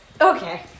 okay